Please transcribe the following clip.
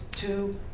two